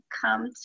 come